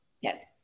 Yes